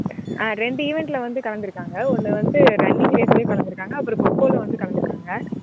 ஆ ரெண்டு ஈவென்ட்டில் வந்து கலந்திருக்காங்க ஒன்று வந்து ரன்னிங் ரேஸ்லேயும் கலந்திருக்காங்க அப்றம் கொக்கோவில் வந்து கலந்திருக்காங்க